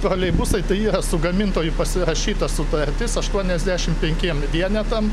troleibusai tai yra su gamintoju pasirašyta sutartis aštuoniasdešimt penkiem vienetam